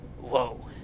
whoa